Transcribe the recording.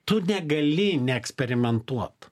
tu negali neeksperimentuot